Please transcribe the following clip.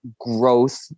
growth